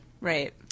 right